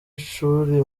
ishuri